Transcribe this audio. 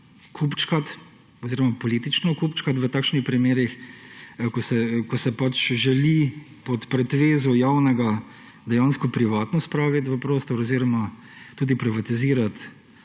kupčkati oziroma politično kupčkati v takšnih primerih, ko se pač želi pod pretvezo javnega dejansko privatno spraviti v prostor oziroma tudi privatizirati